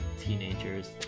teenagers